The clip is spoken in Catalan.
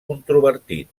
controvertit